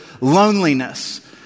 loneliness